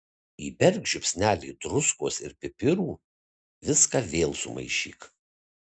įberk žiupsnelį druskos ir pipirų viską vėl sumaišyk